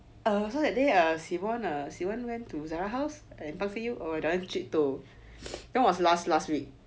so that day err went to zara house and pangseh you that jit toh that was last last week